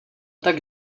tak